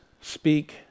speak